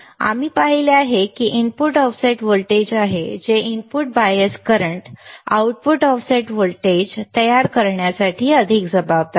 आम्ही पाहिले आहे की हे इनपुट ऑफसेट व्होल्टेज आहे जे input bias current output offset voltage तयार करण्यासाठी अधिक जबाबदार आहे